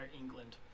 England